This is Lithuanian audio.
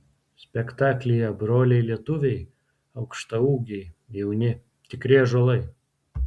spektaklyje broliai lietuviai aukštaūgiai jauni tikri ąžuolai